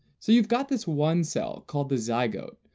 so you've got this one cell, called the zygote,